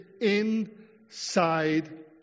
inside